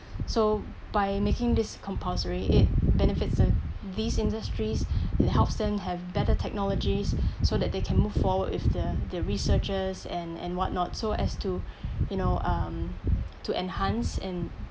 so by making this compulsory it benefits them these industries it helps them have better technologies so that they can move forward with the the researchers and and what not so as to you know um to enhance and